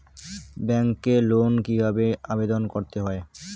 ব্যাংকে লোন কিভাবে আবেদন করতে হয়?